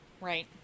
Right